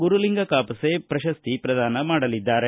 ಗುರುಲಿಂಗ ಕಾಪನೆ ಪ್ರಶಸ್ತಿ ಪ್ರದಾನ ಮಾಡಲಿದ್ದಾರೆ